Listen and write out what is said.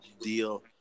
deal